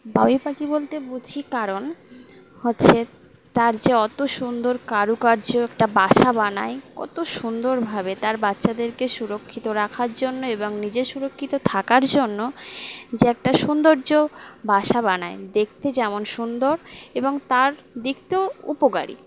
বাবুই পাখি বলতে বুঝি কারণ হচ্ছে তার যে অত সুন্দর কারুকার্য একটা বাসা বানায় কত সুন্দরভাবে তার বাচ্চাদেরকে সুরক্ষিত রাখার জন্য এবং নিজে সুরক্ষিত থাকার জন্য যে একটা সৌন্দর্য বাসা বানায় দেখতে যেমন সুন্দর এবং তার দেখতেও উপকারী